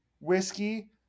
whiskey